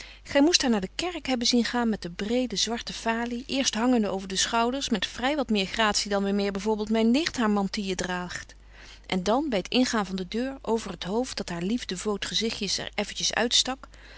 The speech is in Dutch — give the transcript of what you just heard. gij moest haar naar de kerk hebben zien gaan met de breede zwarte falie eerst hangende over de schouders met vrij wat meer gratie dan waarmee b v mijn nicht haar mantille draagt en dan bij t ingaan van de deur over t hoofd dat haar lief devoot gezichtjen er effentjes uitstak